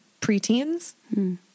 preteens